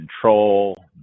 control